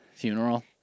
Funeral